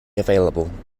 available